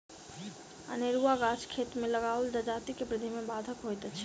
अनेरूआ गाछ खेत मे लगाओल जजाति के वृद्धि मे बाधक होइत अछि